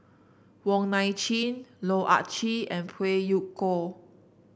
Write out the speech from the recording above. Wong Nai Chin Loh Ah Chee and Phey Yew Kok